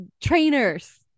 trainers